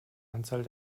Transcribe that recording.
anzahl